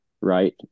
right